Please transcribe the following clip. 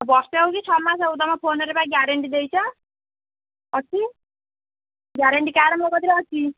ବର୍ଷେ ହେଉ କି ଛଅମାସ ହଉ ତୁମ ଫୋନ୍ରେ ବା ଗ୍ୟାରେଣ୍ଟି ଦେଇଛ ଅଛି ଗ୍ୟାରେଣ୍ଟି କାର୍ଡ ମୋ ପାଖରେ ଅଛି